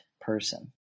person